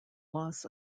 loss